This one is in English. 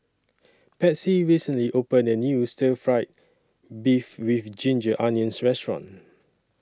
Patsy recently opened A New Stir Fry Beef with Ginger Onions Restaurant